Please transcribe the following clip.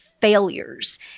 failures